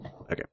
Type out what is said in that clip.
Okay